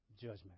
judgment